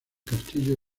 castillo